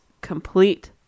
complete